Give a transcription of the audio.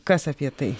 kas apie tai